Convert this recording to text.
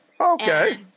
Okay